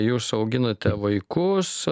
jūs auginate vaikus